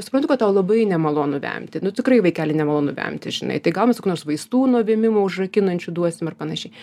suprantu kad tau labai nemalonu vemti nu tikrai vaikeli nemalonu vemti žinai tai gal mes kokių nors vaistų nuo vėmimo užrakinančių duosim ir panašiai